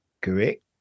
Correct